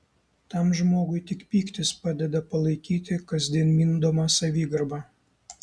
tam žmogui tik pyktis padeda palaikyti kasdien mindomą savigarbą